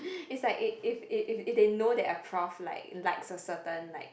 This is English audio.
it's like if if if if they know that a prof like likes a certain like